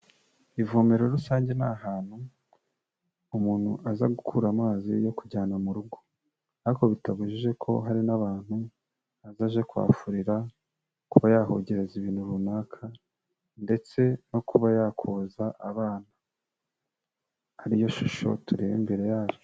Ivomero rusange ni ahantu umuntu aza gukura amazi yo kujyana mu rugo, ariko bitabujije ko hari n'abantu aza aje kuhafurira, kuba yahogereza ibintu runaka ndetse no kuba yakoza abana, ariyo shusho tureba imbere yacu.